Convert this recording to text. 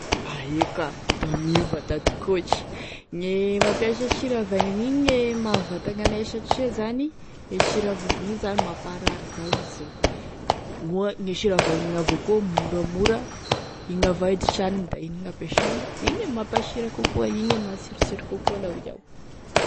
Aeka da miova da atokotry, gne mampiasa sira vaingagny igny gne mahavantagny anay satria zany e sira vovony igny zany, mamparary zao izy io, moa gne sira vaingany avao koa moramora, igny avao e disanigny da igny gn'ampiasainy koa, igny e masirosiro koakoa, la hoy iaho.